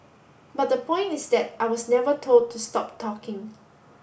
but the point is that I was never told to stop talking